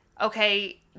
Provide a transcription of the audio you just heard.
okay